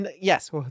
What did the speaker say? yes